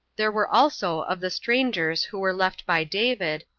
there were also of the strangers who were left by david,